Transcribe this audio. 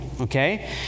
okay